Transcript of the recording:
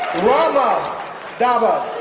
rama dabbas